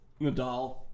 Nadal